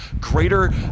greater